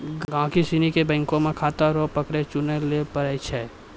गहिकी सनी के बैंक मे खाता रो प्रकार चुनय लै पड़ै छै